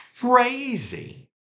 crazy